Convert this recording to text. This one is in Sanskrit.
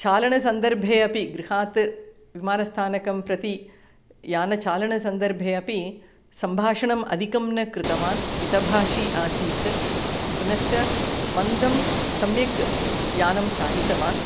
चालनसन्दर्भे अपि गृहात् विमानस्थानकं प्रति यानचालनसन्दर्भे अपि सम्भाषणम् अधिकं न कृतवान् मितभाषी आसीत् पुनश्च मन्दं सम्यक् यानं चालितवान्